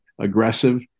aggressive